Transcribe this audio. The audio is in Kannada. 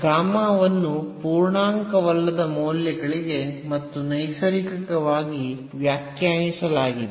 ಗಾಮಾವನ್ನು ಪೂರ್ಣಾಂಕವಲ್ಲದ ಮೌಲ್ಯಗಳಿಗೆ ಮತ್ತು ನೈಸರ್ಗಿಕವಾಗಿ ವ್ಯಾಖ್ಯಾನಿಸಲಾಗಿದೆ